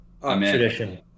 tradition